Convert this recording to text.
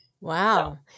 Wow